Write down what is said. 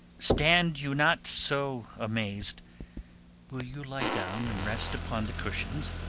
stand you not so amaz'd will you lie down and rest upon the cushions?